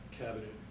cabinet